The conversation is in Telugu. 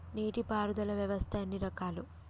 నీటి పారుదల వ్యవస్థ ఎన్ని రకాలు?